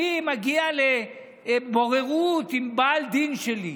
אני מגיע לבוררות עם בעל דין שלי,